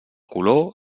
color